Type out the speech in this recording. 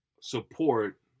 support